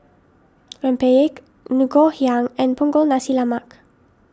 Rempeyek Ngoh Hiang and Punggol Nasi Lemak